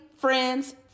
friends